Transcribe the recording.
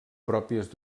pròpies